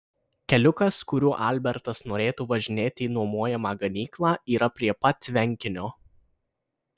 keliukas kuriuo albertas norėtų važinėti į nuomojamą ganyklą yra prie pat tvenkinio